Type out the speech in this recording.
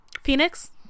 Phoenix